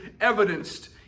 evidenced